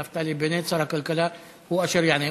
נפתלי בנט, שר הכלכלה, הוא אשר יענה.